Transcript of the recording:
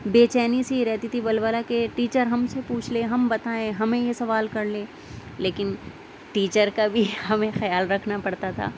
بیچینی سی رہتی تھی ولولہ کہ ٹیچر ہم سے پوچھ لیں ہم بتائیں ہمیں یہ سوال کر لیں لیکن ٹیچر کا بھی ہمیں خیال رکھنا پڑتا تھا